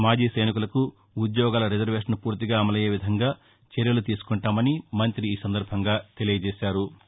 మాజీ సైనికులకు ఉద్యోగాల రిజర్వేషన్ ఫూర్తిగా అమలయ్యే విధంగా చర్యలు తీసుకుంటామని మంఁతి తెలియజేశారు